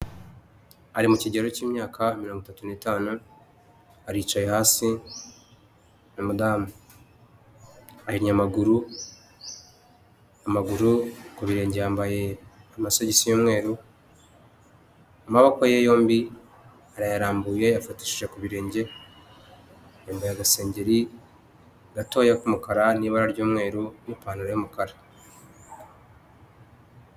Ari mu kigero k'imyaka mirongo itatu n'itanu aricaye hasi, ni umudamu ahinye amaguru ku birenge yambaye amasogisi y'umweru amaboko ye yombi arayarambuye, afatishije ku birenge yambaye agasengeri gatoya k'umukara n'ibara ry'umweru n'ipantaro y'umukara.